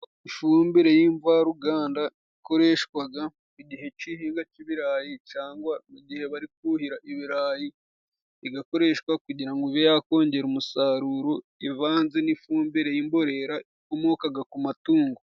Ifumbire y'imvaruganda ikoreshwaga igihe c'ibihingwa c'ibirayi cangwa mu gihe bari kuhira ibirayi, igakoreshwa kugira ngo ibe yakongera umusaruro ivanze n'ifumbire y'imborera ikomokaga ku matungo.